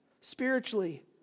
spiritually